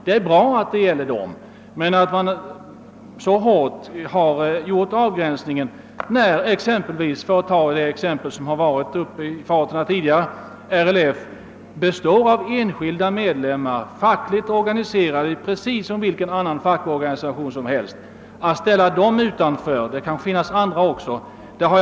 Det är bra att de får statsbidrag, men att göra avgränsningen så hård att man ställer t.ex. RLF utanför har jag svårt att förstå. RLF består ju av enskilda medlemmar, fackligt organiserade precis som i vilken fackorganisation som helst. Det finns andra fackorganisationer som också ställs utanför.